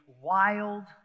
wild